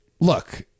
look